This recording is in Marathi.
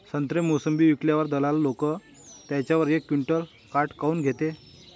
संत्रे, मोसंबी विकल्यावर दलाल लोकं त्याच्यावर एक क्विंटल काट काऊन घेते?